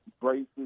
braces